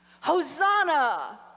Hosanna